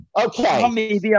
Okay